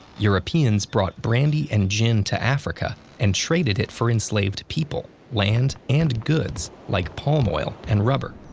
europeans brought brandy and gin to africa and traded it for enslaved people, land, and goods like palm oil and rubber.